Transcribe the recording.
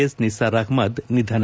S Nisar Ahmed ನಿಧನ